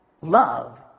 love